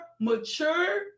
mature